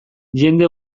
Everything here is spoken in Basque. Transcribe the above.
jende